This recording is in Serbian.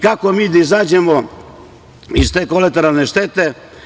Kako mi da izađemo iz te kolateralne štete?